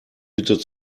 bitte